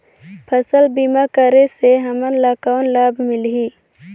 फसल बीमा करे से हमन ला कौन लाभ मिलही?